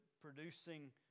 producing